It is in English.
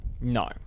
No